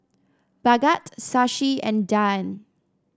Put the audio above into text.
Bhagat Shashi and Dhyan